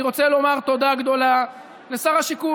אני רוצה לומר תודה גדולה לשר השיכון.